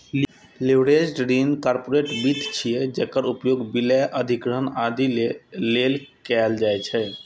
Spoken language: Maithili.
लीवरेज्ड ऋण कॉरपोरेट वित्त छियै, जेकर उपयोग विलय, अधिग्रहण, आदि लेल कैल जाइ छै